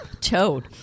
Toad